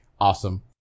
Awesome